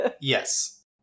Yes